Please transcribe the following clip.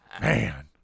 Man